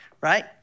right